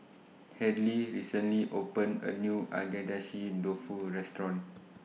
Hadley recently opened A New Agedashi Dofu Restaurant